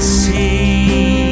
see